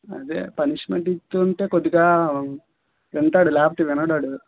అదే పనిష్మెంట్ ఇస్తుంటే కొద్దిగా వింటాడు లేకపోతే వినడు వాడు